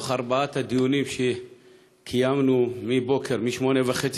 מתוך ארבעת הדיונים שקיימנו מ-08:30,